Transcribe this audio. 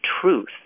truth